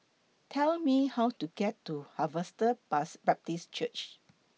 Tell Me How to get to Harvester Bus Baptist Church